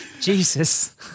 Jesus